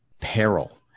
peril